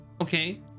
Okay